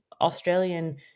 Australian